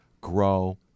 Grow